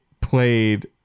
played